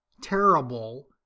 Terrible